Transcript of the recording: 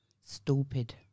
stupid